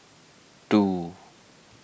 two